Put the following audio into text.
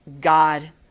God